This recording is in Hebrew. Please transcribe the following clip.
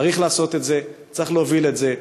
צריך לעשות את זה, צריך להוביל את זה.